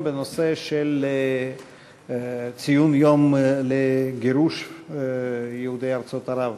בנושא היום לציון גירוש יהודי ארצות ערב,